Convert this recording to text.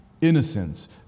innocence